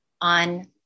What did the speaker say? on